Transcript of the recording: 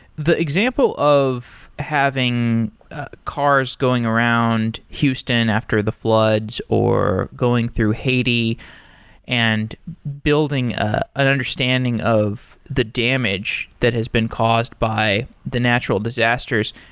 the example of having cars going around houston after the floods, or going through haiti and building ah an understanding of the damage that has been caused by the natural disasters,